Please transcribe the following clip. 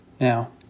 Now